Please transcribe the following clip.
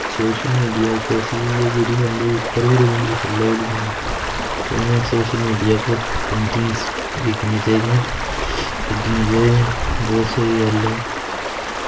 social media इक ऐसी चीज ऐ जेह्ड़ी बंदे गी उप्पर बी लेई जंदी थल्लै बी लेई आंदी ताइयें सोशल मीडिया पर पेंटिंग्स बिकनियां चाहिदियां पुज्जनियां चाहिदियां बोह्त स्हेई गल्ल ऐ